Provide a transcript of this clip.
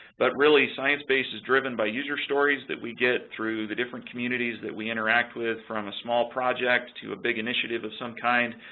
but really sciencebase is driven by user stories that we get through the different communities that we interact with, from a small project to a big initiative of some kind,